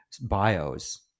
bios